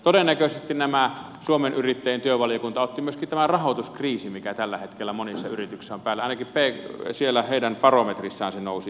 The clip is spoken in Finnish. todennäköisesti tämä suomen yrittäjien työvaliokunta otti myöskin tämän rahoituskriisin mikä tällä hetkellä monissa yrityksissä on päällä ainakin siellä heidän barometrissaan se nousi esille